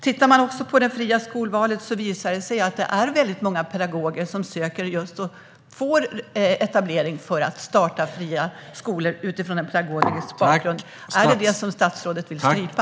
Tittar man på det fria skolvalet visar det sig att det är många pedagoger som söker och får tillstånd till etablering av fria skolor utifrån en pedagogisk bakgrund. Är det detta som statsrådet vill strypa?